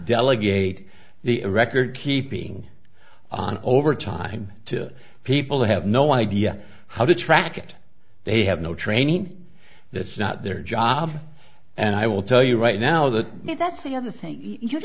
delegate the record keeping on overtime to people who have no idea how to track it they have no training that's not their job and i will tell you right now that if that's the other thing you